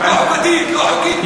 לא חוקתית, לא חוקית.